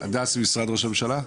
ממשרד ראש הממשלה.